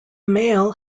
male